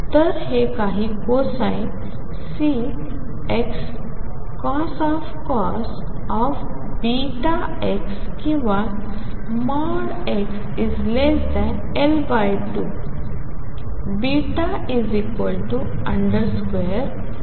तर हे काही कोसाइन C×cos βx किंवा ।x।L2 β2mE2